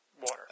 water